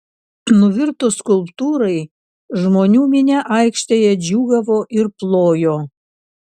nuvirtus skulptūrai žmonių minia aikštėje džiūgavo ir plojo